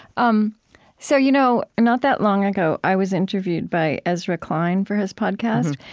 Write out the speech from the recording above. um so you know and not that long ago, i was interviewed by ezra klein for his podcast.